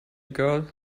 girl